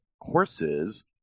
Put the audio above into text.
horses